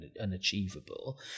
unachievable